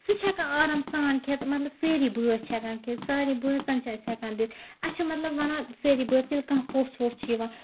سُہ چھُ ہیٚکان آرام سان کھیٚتھ مطلب سٲری بٲژ چھِ ہیٚکان کھیٚتھ سارے بٲژَن چھِ اسہِ ہیٚکان دِتھ اَسہِ مطلب وَنان سٲری بٲژ ییٚلہِ کانٛہہ پوٚژھ ووٚژھ چھُ یِوان